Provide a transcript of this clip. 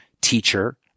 teacher